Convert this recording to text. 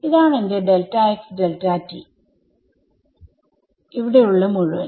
ഇതാണ് എന്റെ ആണ് ഇവിടെയുള്ള മുഴുവൻ